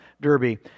Derby